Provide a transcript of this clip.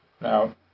Now